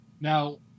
Now